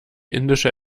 indische